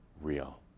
real